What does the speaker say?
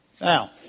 Now